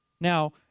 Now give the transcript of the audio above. Now